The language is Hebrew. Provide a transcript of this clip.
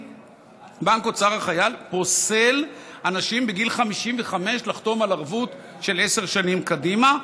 שבנק אוצר החייל פוסל אנשים בגיל 55 מלחתום על ערבות לעשר שנים קדימה,